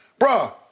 Bruh